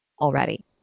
already